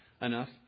enough